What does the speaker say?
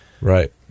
Right